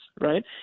right